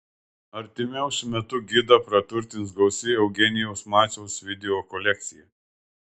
artimiausiu metu gidą praturtins gausi eugenijaus maciaus video kolekcija